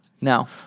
No